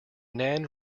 nan